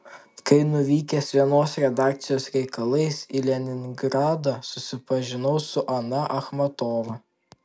kai nuvykęs vienos redakcijos reikalais į leningradą susipažinau su ana achmatova